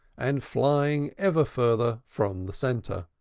and flying ever further from the centre.